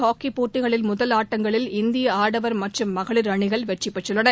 ஹாக்கிப் போட்டிகளின் முதல் ஆட்டங்களில் இந்திய ஆடவர் மற்றும் மகளிர் அணிகள் வெற்றி பெற்றுள்ளன